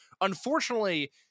unfortunately